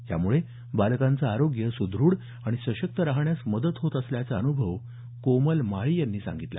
त्यामुळे बालकांचं आरोग्य सुद्रढ आणि सशक्त राहण्यास मदत होत असल्याचा अनुभव कोमल माळी यांनी सांगितला